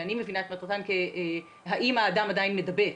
אני מבינה את מטרתן בשאלה, האם האדם עדיין מדבק.